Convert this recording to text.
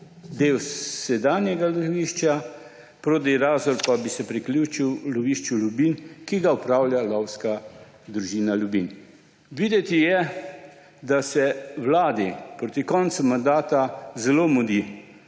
del sedanjega lovišča Prodi-Razor pa bi se priključil lovišču Ljubinj, ki ga upravlja lovska družina Ljubinj. Videti je, da se vladi proti koncu mandata zelo mudi